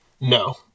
No